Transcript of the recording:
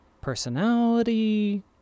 Personality